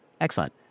Excellent